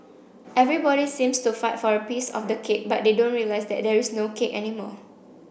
everybody seems to fight for a piece of the cake but they don't realise that there is no cake anymore